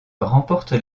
remporte